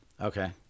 Okay